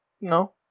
No